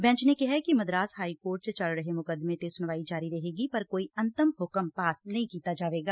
bench ਨੇ ਕਿਹੈ ਕਿ ਮਦਰਾਸ ਹਾਈਕੋਰਟ ਚ ਚਲ ਰਹੇ ਮੁਕਦਮੇ ਤੇ ਸੁਣਵਾਈ ਜਾਰੀ ਰਹੇਗੀ ਪਰ ਕੋਈ ਅੰਤਮ ਹੁਕਮ ਪਾਸ ਨਹੀਂ ਕੀਤਾ ਜਾਵੇਗਾ